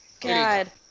God